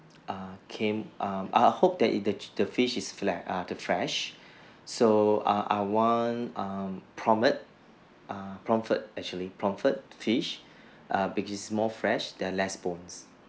err came err err I hope that in the the fish is flat err the fresh so err I want um pomfret err pomfret actually pomfret fish err because it's more fresh then less bones